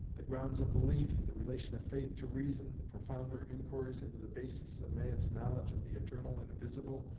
the grounds of belief, the relation of faith to reason, the profounder inquiries into the basis of man's knowledge of the eternal and invisible,